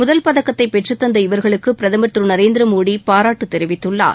முதல் பதக்கத்தை பெற்றுத்தந்த இவர்களுக்கு பிரதமர் திரு நரேந்திர மோடி பாராட்டு தெரிவித்துள்ளார்